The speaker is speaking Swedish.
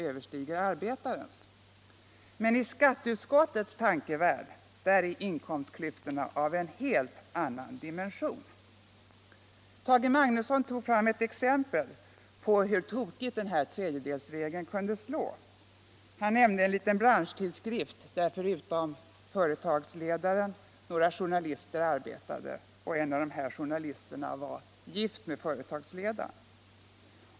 överstiger arbetarens. Men i skatteutskottets tankevärld är inkomstklyftorna av en helt annan dimension. Tage Magnusson gav ett exempel på hur tokigt den här tredjedelsregeln kunde slå. Han nämnde en liten branschtidskrift där — förutom företagsledaren — några journalister arbetade, en av dem gift med företagsledaren.